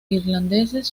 irlandeses